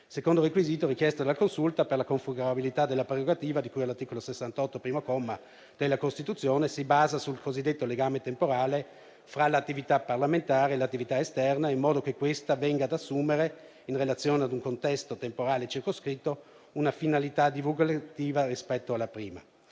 secondo requisito richiesto dalla Consulta per la configurabilità della prerogativa di cui all'articolo 68, primo comma della Costituzione, si basa sul cosiddetto legame temporale fra l'attività parlamentare e l'attività esterna, in modo che questa venga ad assumere, in relazione ad un contesto temporale circoscritto, una finalità divulgativa rispetto alla prima.